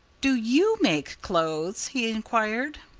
do you make clothes? he inquired.